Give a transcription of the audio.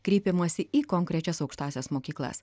kreipiamasi į konkrečias aukštąsias mokyklas